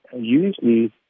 usually